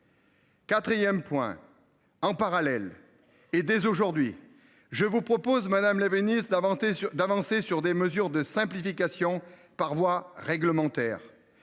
Quatrièmement, en parallèle, et dès aujourd’hui, je vous propose, madame la ministre, d’avancer sur des mesures de simplification par voie réglementaire